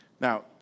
Now